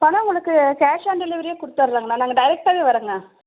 பணம் உங்களுக்கு cash on டெலிவரியே கொடுத்துட்றோங்கண்ணா நாங்கள் டைரெக்ட்டாவே வர்றோம்ங்க